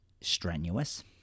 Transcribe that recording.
strenuous